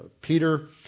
Peter